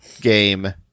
game